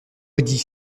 maudits